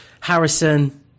Harrison